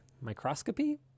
Microscopy